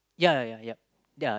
yeah yeah yeah yup